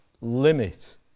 limit